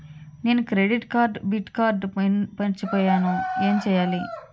నేను credit card debit card pin మర్చిపోయేను ఎం చెయ్యాలి?